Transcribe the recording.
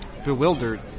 Bewildered